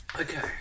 Okay